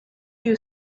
you